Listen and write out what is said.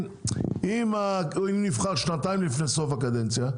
אם נבחר שנתיים לפני סוף הקדנציה,